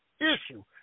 issue